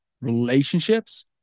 relationships